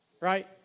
Right